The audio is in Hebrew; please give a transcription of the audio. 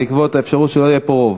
בעקבות האפשרות שלא יהיה פה רוב?